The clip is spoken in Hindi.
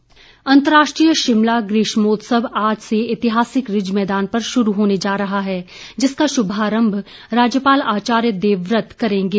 ग्रीष्मोत्सव अंतर्राष्ट्रीय शिमला ग्रीष्मोत्सव आज से ऐतिहासिक रिज मैदान पर शुरू होने जा रहा है जिसका शुभारंभ राज्यपाल आचार्य देवव्रत करेंगे